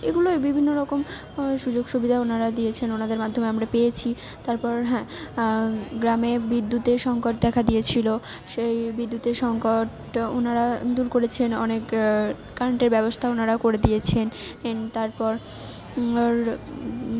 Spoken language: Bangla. এগুলোই বিভিন্ন রকম সুযোগ সুবিধা ওনারা দিয়েছেন ওনাদের মাধ্যমে আমরা পেয়েছি তারপর হ্যাঁ গ্রামে বিদ্যুতের সংকট দেখা দিয়েছিলো সেই বিদ্যুতের সংকট ওনারা দূর করেছেন অনেক কারেন্টের ব্যবস্থা ওনারা করে দিয়েছেন এন তারপর আর